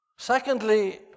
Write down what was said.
Secondly